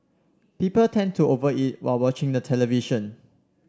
people tend to over eat while watching the television